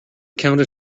counted